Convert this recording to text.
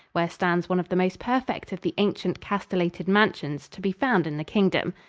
where stands one of the most perfect of the ancient castellated mansions to be found in the kingdom.